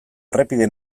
errepide